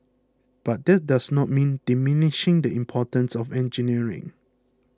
but that does not mean diminishing the importance of engineering